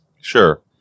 Sure